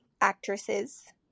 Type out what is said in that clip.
actresses